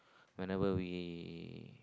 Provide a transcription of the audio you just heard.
whenever we